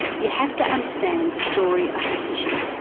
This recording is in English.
you have to understand the story of partition,